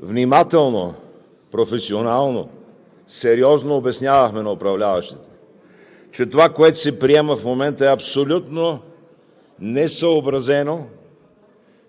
внимателно, професионално, сериозно обяснявахме на управляващите, че това, което се приема в момента, е абсолютно несъобразено